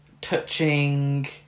touching